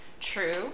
True